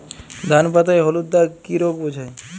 ধান পাতায় হলুদ দাগ কি রোগ বোঝায়?